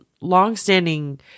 longstanding